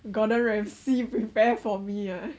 gordon ramsay prepare for me ah